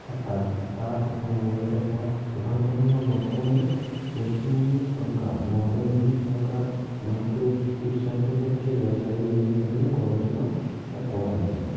আর তার তার এটা হওয়ার প্রধান কারণ হল বর্তমানে পশ্চিমবঙ্গের সরকার মমতা ব্যানার্জির সরকার মানুষকে উৎসাহিত করছে ব্যবসা নিয়ে বিভিন্ন ধরনের গবেষণা করার জন্য